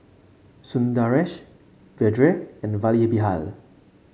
Sundaresh Vedre and Vallabhbhai